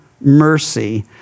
mercy